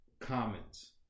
comments